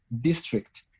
district